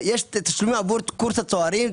יש תשלומים עבור קורס הצוערים,